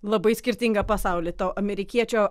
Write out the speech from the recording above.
labai skirtingą pasaulį to amerikiečio